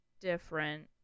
different